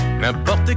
n'importe